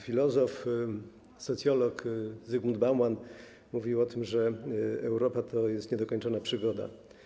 Filozof, socjolog Zygmunt Bauman mówił o tym, że Europa to jest niedokończona przygoda.